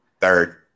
Third